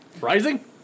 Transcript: Rising